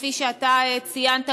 שציינת,